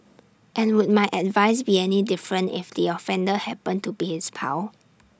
and would my advice be any different if the offender happened to be his pal